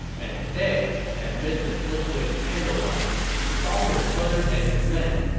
and there, amid the flickering candle light, he saw his brother and his men,